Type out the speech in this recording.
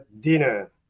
dinner